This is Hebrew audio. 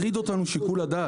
מטריד אותנו שיקול הדעת.